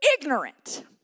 ignorant